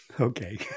Okay